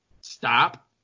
stop